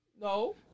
No